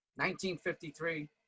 1953